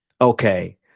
Okay